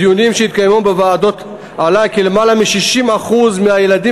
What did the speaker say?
בדיונים שהתקיימו בוועדות עלה כי למעלה מ-60% מהילדים